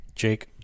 jake